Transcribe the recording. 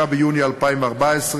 9 ביוני 2014,